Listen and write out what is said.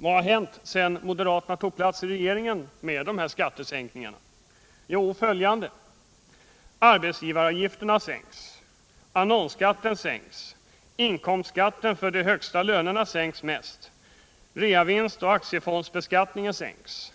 Vad händer då i fråga om skattesänkningar sedan moderaterna tagit plats i regeringen? Jo, arbetsgivaravgifterna sänks, annonsskatten sänks, inkomstskatten på de högsta lönerna sänks mest och realisationsvinstoch aktiefondsbeskattningen mildras.